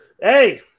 Hey